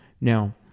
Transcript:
Now